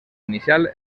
inicial